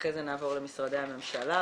ואחרי זה נעבור למשרדי הממשלה,